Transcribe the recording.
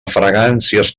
fragàncies